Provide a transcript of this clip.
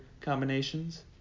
combinations